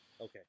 Okay